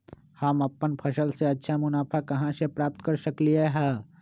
हम अपन फसल से अच्छा मुनाफा कहाँ से प्राप्त कर सकलियै ह?